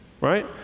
right